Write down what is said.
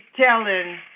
telling